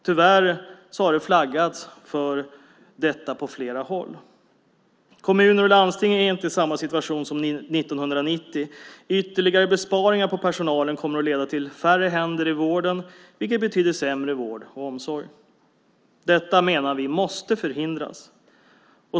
Tyvärr har det flaggats för detta på flera håll. Kommuner och landsting är inte i samma situation som 1990. Ytterligare besparingar på personalen kommer att leda till färre händer i vården, vilket betyder sämre vård och omsorg. Detta menar vi måste förhindras.